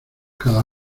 cada